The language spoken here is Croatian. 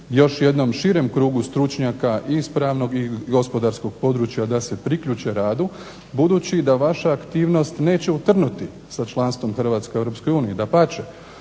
još jednom širem krugu stručnjaka i iz pravnog i gospodarskog područja da se priključe radu budući da vaša aktivnost neće utrnuti sa članstvom Hrvatske u Europskoj